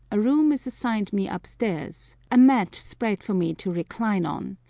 a room is assigned me upstairs, a mat spread for me to recline on,